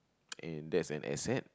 and that's an asset